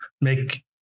make